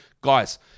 Guys